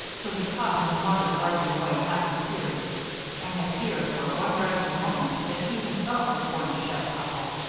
who had caught his mother wiping away happy tears and had feared for one dreadful moment that he himself was going to shed a couple.